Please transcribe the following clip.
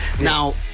Now